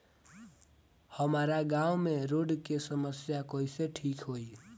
हमारा गाँव मे रोड के समस्या कइसे ठीक होई?